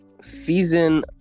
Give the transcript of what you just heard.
season